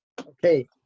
Okay